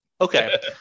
Okay